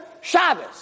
Shabbos